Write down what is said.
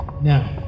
Now